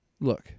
look